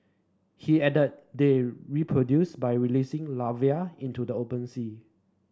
he added they reproduce by releasing larvae into the open sea